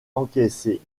encaissée